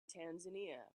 tanzania